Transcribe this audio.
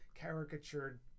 caricatured